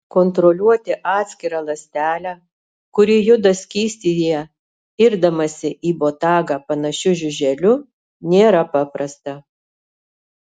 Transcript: kontroliuoti atskirą ląstelę kuri juda skystyje irdamasi į botagą panašiu žiuželiu nėra paprasta